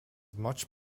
much